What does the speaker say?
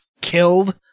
killed